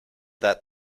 that